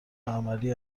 عملی